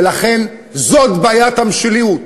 ולכן זאת בעיית המשילות.